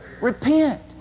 Repent